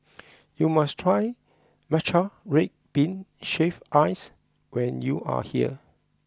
you must try Matcha Red Bean Shaved Ice when you are here